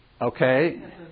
Okay